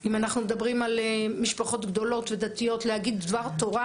אם מדובר על משפחות גדולות ודתיות אפשר להגיד דבר תורה